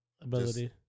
Ability